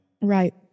Right